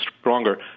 stronger